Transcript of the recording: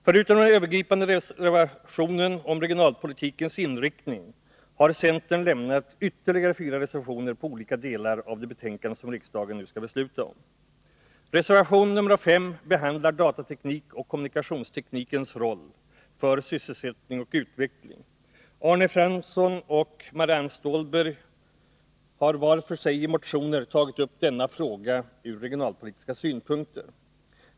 Förutom den övergripande reservationen om regionalpolitikens inriktning har centern lämnat ytterligare fyra reservationer till olika delar av det betänkande som riksdagen nu skall besluta om. Reservation nr 5 behandlar datateknik och kommunikationsteknikens roll för sysselsättning och utveckling. Arne Fransson och Marianne Stålberg har var för sig i motioner tagit upp denna fråga ur regionalpolitiska synpunkter.